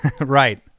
Right